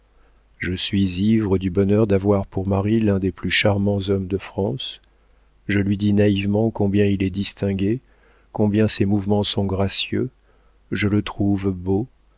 je suis ivre du bonheur d'avoir pour mari l'un des plus charmants hommes de france je lui dis naïvement combien il est distingué combien ses mouvements sont gracieux je le trouve beau